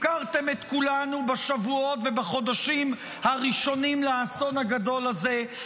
הפקרתם את כולנו בשבועות ובחודשים הראשונים לאסון הגדול הזה,